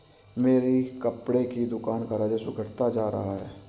मेरी कपड़े की दुकान का राजस्व घटता जा रहा है